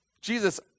Jesus